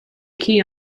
key